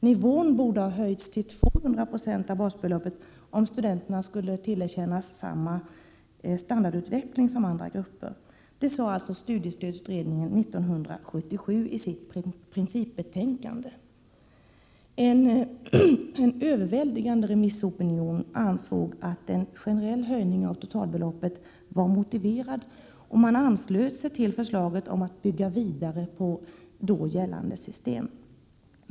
Nivån borde ha höjts till 200 96 av basbeloppet, om studenterna skulle tillerkännas samma standardutveckling som andra grupper. Det sade alltså studiestödsutredningen i sitt principbetänkande 1977. En överväldigande remissopinion ansåg att en generell höjning av totalbeloppet var motiverad, och man anslöt sig till förslaget om att bygga vidare på då gällande system.